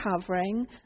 covering